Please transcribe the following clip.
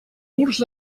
murs